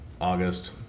august